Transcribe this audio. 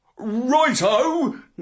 Right-o